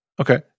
Okay